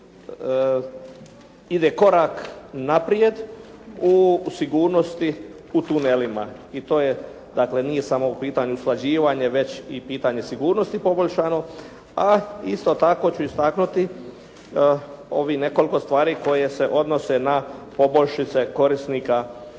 ide korak naprijed u sigurnosti u tunelima i to je, dakle nije samo u pitanju usklađivanje, već i pitanje sigurnosti poboljšano, a isto tako ću istaknuti ovih nekoliko stvari koje se odnose na poboljšice korisnika